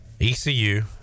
ecu